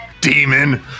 demon